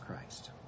Christ